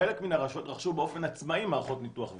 חלק מין הרשויות רכשו באופן עצמאי מערכות ניתוח וידאו.